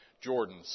Jordan